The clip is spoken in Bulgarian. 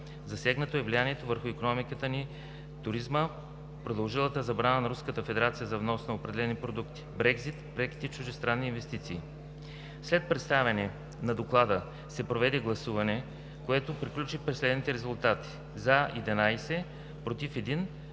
Засегнато е влиянието върху икономиката ни на туризма, продължилата забрана на Руската федерация за внос на определени продукти, Brexit, преките чуждестранни инвестиции. След представяне на Доклада се проведе гласуване, което приключи при следните резултати: „за“ – 11, „против“